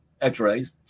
x-rays